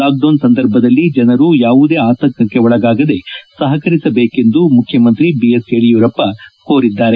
lockdown ಸಂದರ್ಭದಲ್ಲಿ ಜನರು ಯಾವುದೇ ಆತಂಕಕ್ಕೆ ಒಳಗಾಗದೇ ಸಹಕರಿಸಬೇಕೆಂದು ಮುಖ್ಯಮಂತ್ರಿ ಕೋರಿದ್ದಾರೆ